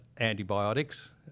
antibiotics